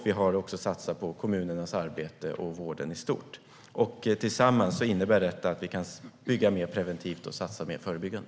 Vi har också satsat på kommunernas arbete och vården i stort. Sammantaget innebär detta att vi kan arbeta mer preventivt och satsa mer förebyggande.